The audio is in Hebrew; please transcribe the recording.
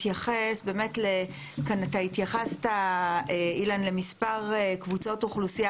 מתייחס באמת לכאן אתה התייחסת אילן למספר קבוצות אוכלוסייה